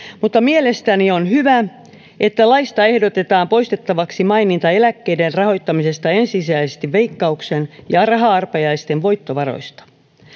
mutta mielestäni on hyvä että laista ehdotetaan poistettavaksi maininta eläkkeiden rahoittamisesta ensisijaisesti veikkauksen ja raha arpajaisten voittovaroista